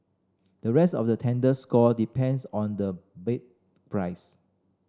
the rest of the tender score depends on the bed price